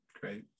great